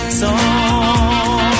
song